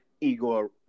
Igor